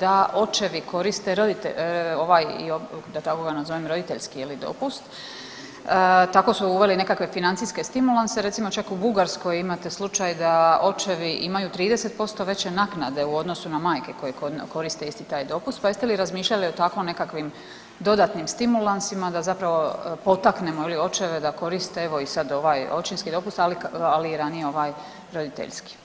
da očevi koriste ovaj, da tako nazovem, roditeljski, je li, dopust, tako su uveli nekakve financijske stimulanse, recimo čak u Bugarskoj imate slučaj da očevi imaju 30% veće naknade u odnosu na majke koje koriste isti taj dopust, pa jeste li razmišljali o tako nekakvim dodatnim stimulansima da zapravo potaknemo, je li, očeve da koriste evo i sad ovaj očinski dopust, ali i ranije ovaj roditeljski.